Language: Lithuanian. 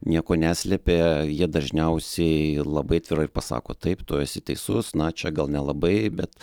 nieko neslėpia jie dažniausiai labai atvirai ir pasako taip tu esi teisus na čia gal nelabai bet